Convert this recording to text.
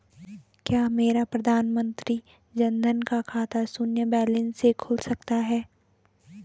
क्या मेरा प्रधानमंत्री जन धन का खाता शून्य बैलेंस से खुल सकता है?